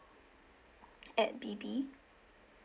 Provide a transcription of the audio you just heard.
at B B